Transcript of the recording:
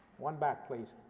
one back, please.